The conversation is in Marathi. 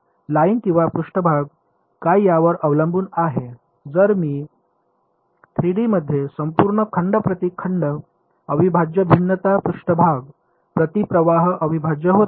लाइन किंवा पृष्ठभाग काय यावर अवलंबून आहे जर मी 3 डी मध्ये संपूर्ण खंड प्रती खंड अविभाज्य भिन्नता पृष्ठभाग प्रती प्रवाह अविभाज्य होते